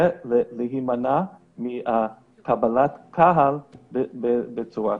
זה להימנע מקבלת קהל בצורה כזו.